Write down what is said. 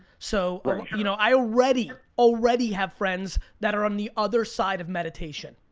so um you know i already, already have friends that are on the other side of meditation.